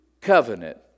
covenant